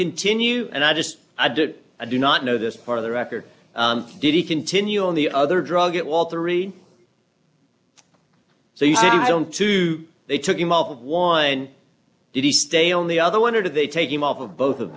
continue and i just i do i do not know this part of the record did he continue on the other drug it was three so you don't two they took him off of one did he stay on the other one did they take him off of both of